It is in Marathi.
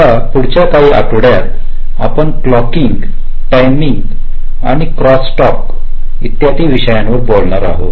आता पुढच्या काही आठवड्यात आपण क्लोकिंग टायमिंगआणि क्रॉस टॉक इत्यादी विषयावर बोलणार आहोत